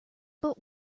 but